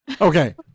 Okay